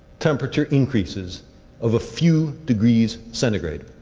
temperature increases of a few degrees centigrade